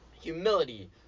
humility